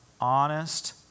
honest